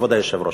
כבוד היושב-ראש.